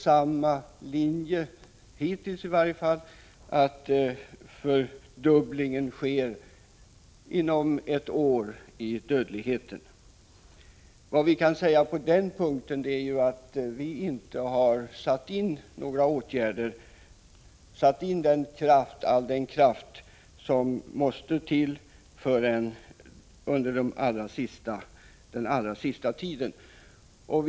Utvecklingen följer, i varje fall hittills, samma linje — det sker en fördubbling av dödligheten på mindre än ett år. Först under den allra senaste tiden har vi satt in åtgärder med all den kraft som kan åstadkommas.